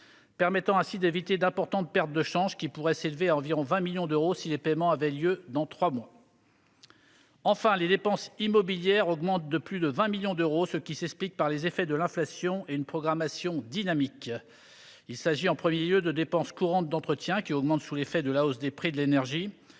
permettant ainsi d'éviter d'importantes pertes de change. Celles-ci pourraient s'élever à environ 20 millions d'euros si les paiements avaient lieu dans trois mois. Enfin, les dépenses immobilières augmentent de plus de 20 millions d'euros, ce qui s'explique par les effets de l'inflation et une programmation dynamique. Il s'agit d'abord de dépenses courantes d'entretien, qui augmentent sous l'effet de la hausse des prix de l'énergie.